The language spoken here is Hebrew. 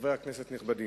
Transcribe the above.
חברי הכנסת הנכבדים,